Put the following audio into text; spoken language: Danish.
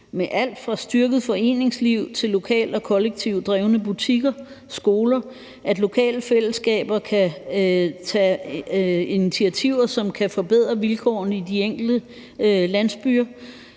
med alt fra styrket foreningsliv til lokalt og kollektivt drevne butikker og skoler, at lokale fællesskaber kan tage initiativer, som kan forbedre vilkårene i de enkelte landsbyer,